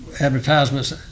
Advertisements